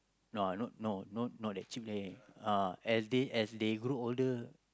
no I don't know no not that cheap leh uh as they as they grow older